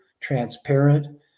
transparent